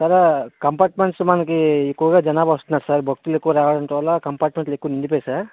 sir compartments మనకి ఎక్కువగా జనాభా వస్తున్నారు సార్ భక్తులు ఎక్కువ రావటం వల్ల కంపార్ట్మెంట్లు ఎక్కువ నిండిపోయాయి సార్